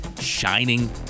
shining